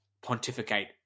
pontificate